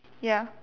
ya